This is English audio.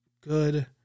good